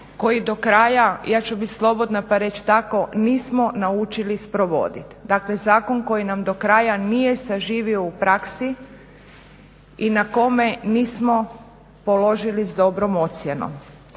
koji do kraja ja ću biti slobodna pa reći tako, nismo naučili sprovoditi, dakle zakon koji nam do kraja nije saživio u praksi i na kome nismo položili s dobrom ocjenom.